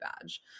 badge